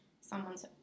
someone's